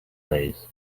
days